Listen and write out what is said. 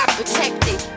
protected